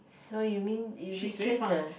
so you mean it reaches the